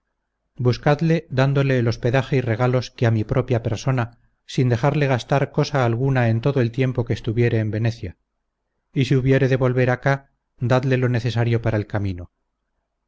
buscadle dándole el hospedaje y regalos que a mi propia persona sin dejarle gastar cosa alguna en todo el tiempo que estuviere en venecia y si hubiere de volver acá dadle lo necesario para el camino